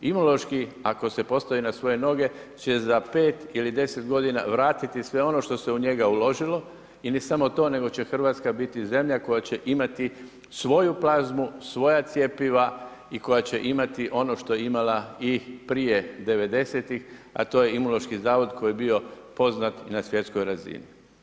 Imunološki ako se postavi na svoje noge, će za 5 ili 10 g. vratiti sve ono što se u njega uložilo i ne samo to, nego će Hrvatska biti zemlja koja će imati svoju plazmu, svoja cjepiva i koja će imati ono što je imala i prije '90. a to je Imunološki zavod koji je bio poznat na svjetskoj razini.